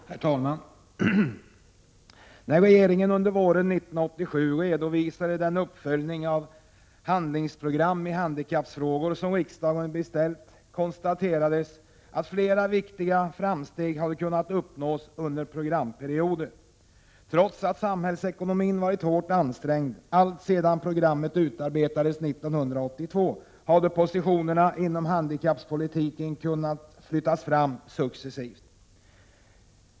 Herr talman! När regeringen under våren 1987 redovisade den uppföljning av det handlingsprogram i handikappfrågor som riksdagen beställt konstaterades att flera viktiga framsteg hade kunnat uppnås under programperioden. Trots att samhällsekonomin har varit hårt ansträngd alltsedan programmet utarbetades 1982, hade positionerna inom handikappolitiken kunnat flyttas fram successivt.